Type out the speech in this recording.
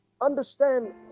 understand